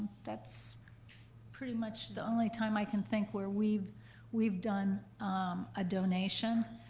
that's pretty much the only time i can think where we've we've done a donation.